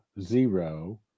Zero